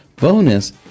Bonus